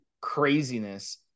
craziness